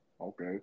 Okay